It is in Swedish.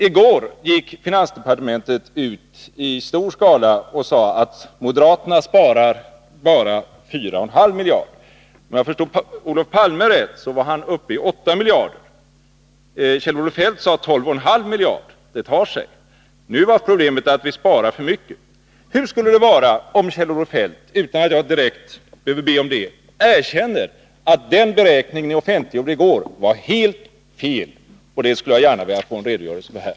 I går gick finansdepartementet ut i stor skala och sade att moderaterna sparar bara 4,5 miljarder. Om jag förstod Olof Palme rätt, så var han uppe i 8 miljarder. Kjell-Olof Feldt sade 12,5 miljarder: Det tar sig. Nu var problemet att vi sparar för mycket. Hur skulle det vara om Kjell-Olof Feldt, utan att jag direkt behöver be om det, erkänner att den beräkning ni offentliggjorde i går är helt fel? Det skulle jag gärna vilja få en redogörelse för här.